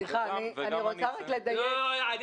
בג"ץ לא רצה בכלל להתערב, הוא לא דן בהם.